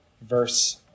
verse